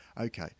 okay